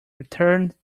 returned